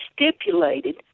stipulated